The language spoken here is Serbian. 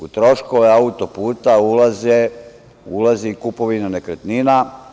U troškove auto-puta ulazi kupovina nekretnina.